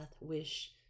Wish